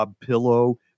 pillow